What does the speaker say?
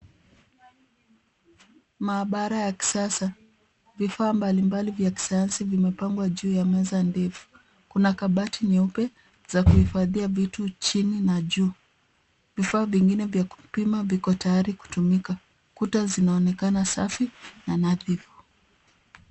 Maabara ya kisasa. Vifaa mbalimbali vya kisayansi vimepangwa juu ya meza ndefu. Kuna kabati nyeupe za kuhifadhia vitu chini na juu. Vifaa vingine vya kupima viko tayari kutumika. Kuta zinaonekana safi na nadhifu.